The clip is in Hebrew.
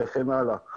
וכן הלאה.